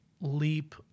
leap